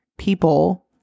people